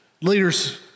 leaders